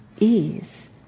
ease